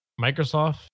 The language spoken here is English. Microsoft